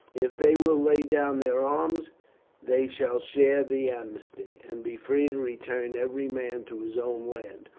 if they will lay down their arms they shall share the amnesty, and be free to return every man to his own land,